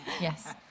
Yes